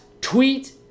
tweet